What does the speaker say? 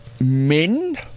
men